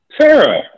Sarah